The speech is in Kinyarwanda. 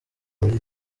muri